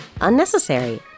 unnecessary